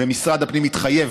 ומשרד הפנים התחייב,